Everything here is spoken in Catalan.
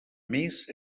més